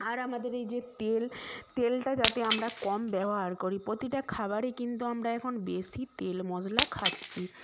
আর আমাদের এই যে তেল তেলটা যাতে আমরা কম ব্যবহার করি প্রতিটা খাবারে কিন্তু আমরা এখন বেশি তেল মশলা খাচ্ছি